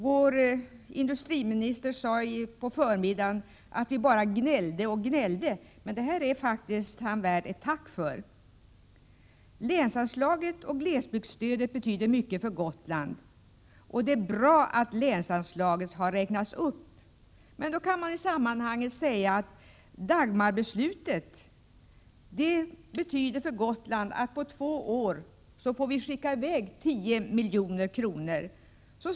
Vår industriminister sade på förmiddagen att vi bara gnällde och gnällde, men detta är han faktiskt värd ett tack för. Länsanslaget och glesbygdsstödet betyder mycket för Gotland, och det är bra att länsanslaget skall räknas upp. Men i sammanhanget kan man peka på att Dagmarbeslutet för Gotland betyder att vi på två år måste skicka i väg 10 miljoner.